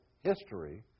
history